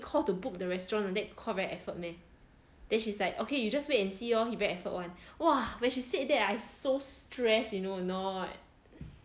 call to book the restaurant that's called very effort meh then she's like okay you just wait and see lor he very effort one !wah! when she said that I so stressed you know you know a not